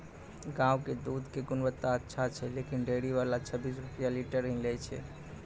गांव के दूध के गुणवत्ता अच्छा छै लेकिन डेयरी वाला छब्बीस रुपिया लीटर ही लेय छै?